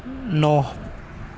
نو